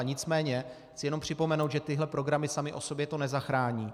Nicméně chci jenom připomenout, že tyhle programy samy o sobě to nezachrání.